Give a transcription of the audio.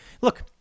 look